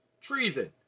treason